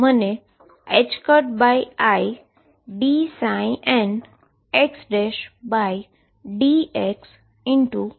જો તે x ઉપર ઈન્ટીગ્રેશન હોય તો મને idnxdxdx મળે છે